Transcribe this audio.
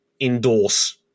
endorse